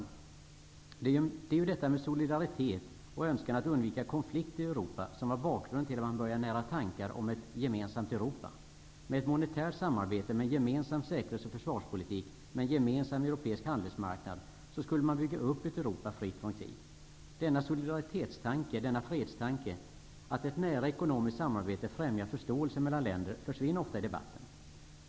Det är ju detta med solidaritet och önskan att undvika konflikter i Europa som var bakgrunden till att man började nära tanken på ett gemensamt Europa. Med ett monetärt samarbete -- med en gemensam säkerhets och försvarspolitik, med en gemensam europeisk handelsmarknad -- skulle man bygga upp ett Europa fritt från krig. Denna solidaritetstanke -- denna fredstanke, dvs. att ett nära ekonomiskt samarbete främjar förståelsen mellan länder -- försvinner ofta i debatten.